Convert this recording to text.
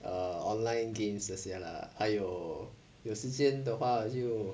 err online games 这些 lah 还有有时间的话就